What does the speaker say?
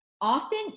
Often